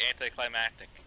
anticlimactic